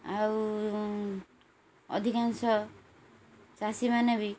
ଆଉ ଅଧିକାଂଶ ଚାଷୀମାନେ ବି